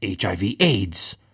HIV-AIDS